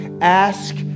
Ask